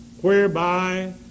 whereby